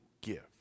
give